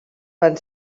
van